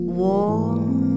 warm